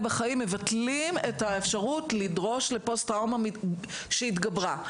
בחיים מבטלים את האפשרות לדרוש פוסט-טראומה שהתגברה.